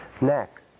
Next